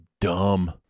dumb